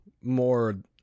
more